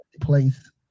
place